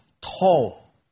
tall